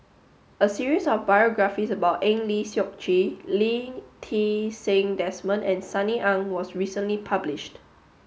a series of biographies about Eng Lee Seok Chee Lee Ti Seng Desmond and Sunny Ang was recently published